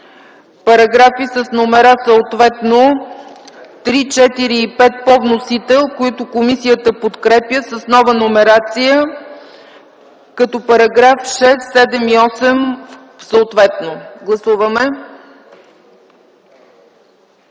параграфи с номера съответно 3, 4 и 5 по вносител, които комисията подкрепя с нова номерация като параграфи 6, 7 и 8. Гласували